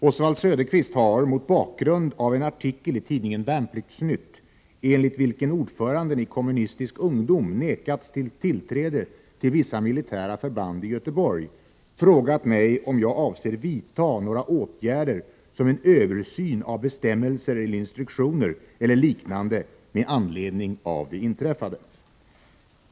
Herr talman! Oswald Söderqvist har — mot bakgrund av en artikel i tidningen Värnplikts-Nytt enligt vilken ordföranden i Kommunistisk ungdom nekats tillträde till vissa militära förband i Göteborg — frågat mig om jag avser vidta några åtgärder såsom en översyn av bestämmelser eller instruktioner eller liknande med anledning av det inträffade.